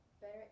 better